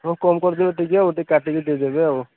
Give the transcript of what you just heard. ହଁ କମ୍ କରିଦେବେ ଟିକେ ଆଉ ଟିକେ କାଟିକି ଦେଇଦେବେ ଆଉ